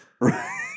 Right